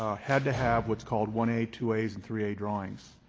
ah had to have what's called one a, two a, and three a drawings.